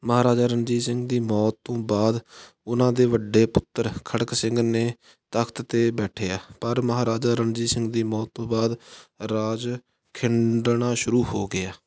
ਮਹਾਰਾਜਾ ਰਣਜੀਤ ਸਿੰਘ ਦੀ ਮੌਤ ਤੋਂ ਬਾਅਦ ਉਹਨਾਂ ਦੇ ਵੱਡੇ ਪੁੱਤਰ ਖੜਕ ਸਿੰਘ ਨੇ ਤਖਤ ਤੇ ਬੈਠਿਆ ਪਰ ਮਹਾਰਾਜਾ ਰਣਜੀਤ ਸਿੰਘ ਦੀ ਮੌਤ ਤੋਂ ਬਾਅਦ ਰਾਜ ਖਿੰਡਣਾ ਸ਼ੁਰੂ ਹੋ ਗਿਆ